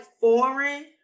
foreign